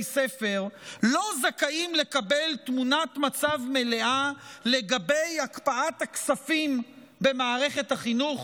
ספר לא זכאים לקבל תמונת מצב מלאה לגבי הקפאת הכספים במערכת החינוך?